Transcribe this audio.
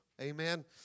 Amen